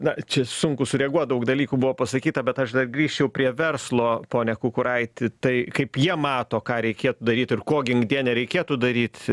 na čia sunku sureaguot daug dalykų buvo pasakyta bet aš dar grįžčiau prie verslo pone kukuraiti tai kaip jie mato ką reikėtų daryt ir ko ginkdie nereikėtų daryt